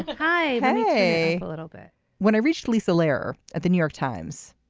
hi a little bit when i reached lisa lerer at the new york times.